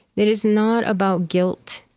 it is not about guilt,